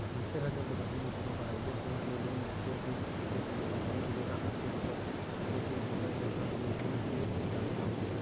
मनसे ह जल्दबाजी म कोनो पराइबेट बेंक ले लोन ले लेथे अउ किस्त ल पटाए के बेरा आथे तब लगथे के गलत जघा ले लोन ले डारे हँव